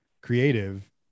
creative